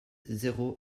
zéro